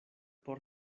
por